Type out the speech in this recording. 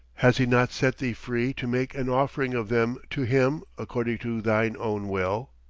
has he not set thee free to make an offering of them to him according to thine own will?